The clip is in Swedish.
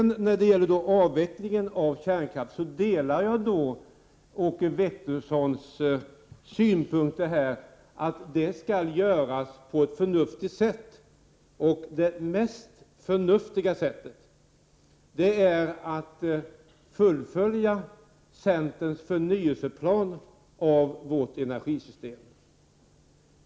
När det gäller avvecklingen av kärnkraften delar jag Åke Wictorssons synpunkter att avvecklingen skall ske på ett förnuftigt sätt. Det mest förnuftiga sättet är att fullfölja centerns förnyelseplan av vårt energisystem.